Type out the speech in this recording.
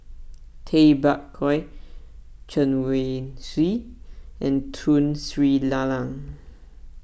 Tay Bak Koi Chen Wen Hsi and Tun Sri Lanang